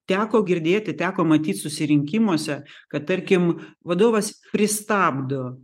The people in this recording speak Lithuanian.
teko girdėti teko matyt susirinkimuose kad tarkim vadovas pristabdo